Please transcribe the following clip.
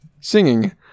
Singing